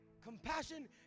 Compassion